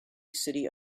city